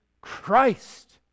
Christ